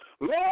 Lord